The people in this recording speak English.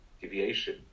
deviation